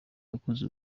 yakoze